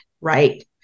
right